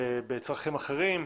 בצרכים אחרים,